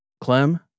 Clem